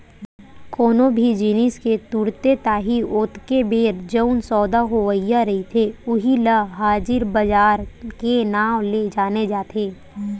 कोनो भी जिनिस के तुरते ताही ओतके बेर जउन सौदा होवइया रहिथे उही ल हाजिर बजार के नांव ले जाने जाथे